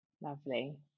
lovely